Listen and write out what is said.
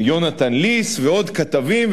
יונתן ליס ועוד כתבים,